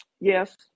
Yes